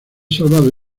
salvado